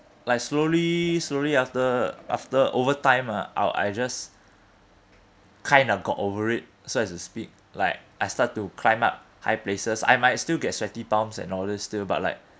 like slowly slowly after after over time ah I'll I just kind of got over it so as to speak like I start to climb up high places I might still get sweaty palms and all this still but like